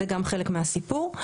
גם זה חלק מהסיפור.